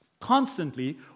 constantly